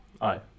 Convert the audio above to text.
Aye